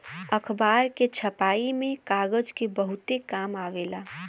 अखबार के छपाई में कागज के बहुते काम आवेला